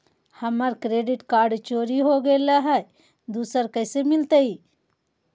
हमर credit card चोरी हो गेलय हई, दुसर कैसे मिलतई?